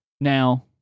Now